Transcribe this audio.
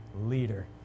leader